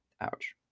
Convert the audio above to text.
Ouch